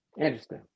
Interesting